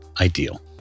ideal